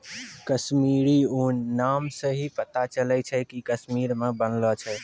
कश्मीरी ऊन नाम से ही पता चलै छै कि कश्मीर मे बनलो छै